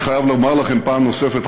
אני חייב לומר לכם פעם נוספת,